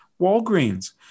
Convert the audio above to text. Walgreens